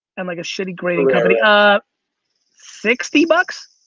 and like a shitty grainy company, um sixty bucks?